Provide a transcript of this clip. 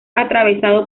atravesado